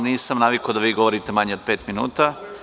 Nisam navikao da vi govorite manje od pet minuta.